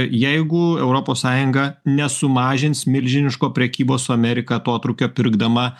jeigu europos sąjunga nesumažins milžiniško prekybos su amerika atotrūkio pirkdama